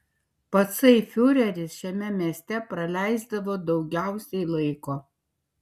patsai fiureris šiame mieste praleisdavo daugiausiai laiko